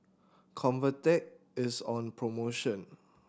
Convatec is on promotion